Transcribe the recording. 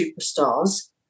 superstars